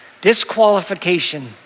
Disqualification